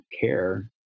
care